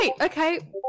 Okay